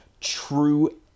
true